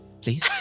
please